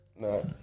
No